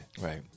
Right